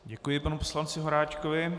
Děkuji panu poslanci Horáčkovi.